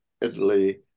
Italy